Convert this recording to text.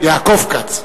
יעקב כץ.